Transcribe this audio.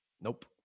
Nope